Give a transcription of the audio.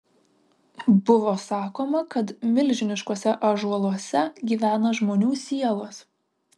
buvo sakoma kad milžiniškuose ąžuoluose gyvena žmonių sielos